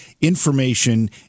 information